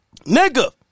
nigga